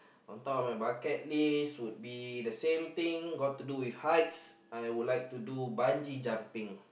on top of my bucket list would be the same thing got to do with heights I would like to do bungee jumping